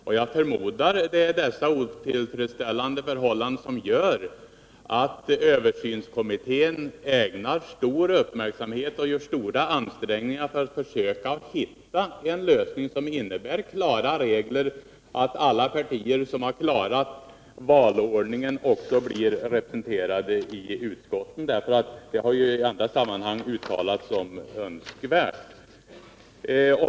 Och jag förmodar att det är detta otillfredsställande förhållande som gör att översynsutredningen ägnar stor uppmärksamhet åt och gör stora ansträngningar för att försöka hitta en lösning som innebär klara regler som säger att alla partier som har klarat valordningen också blir representerade i utskotten. I andra sammanhang har ju detta uttalats som önskvärt.